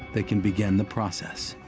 they can begin the process.